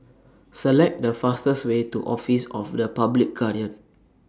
Select The fastest Way to Office of The Public Guardian